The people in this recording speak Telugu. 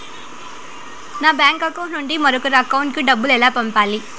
నా బ్యాంకు అకౌంట్ నుండి మరొకరి అకౌంట్ కు డబ్బులు ఎలా పంపాలి